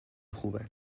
خوبن